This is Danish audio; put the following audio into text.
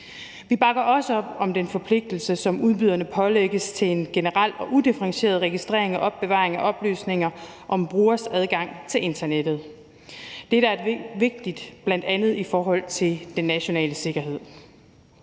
Vi bakker også op om den forpligtelse, som udbyderne pålægges, til en generel og udifferentieret registrering og opbevaring af oplysninger om brugeres adgang til internettet. Det er vigtigt, bl.a. i forhold til den nationale sikkerhed.